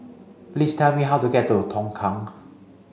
please tell me how to get to Tongkang